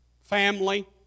family